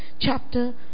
chapter